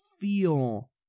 feel